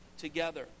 together